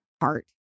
heart